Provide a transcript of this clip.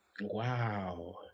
Wow